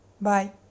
Bye